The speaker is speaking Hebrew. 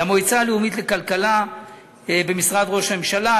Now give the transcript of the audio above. למועצה הלאומית לכלכלה במשרד ראש הממשלה,